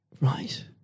Right